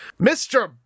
Mr